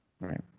Right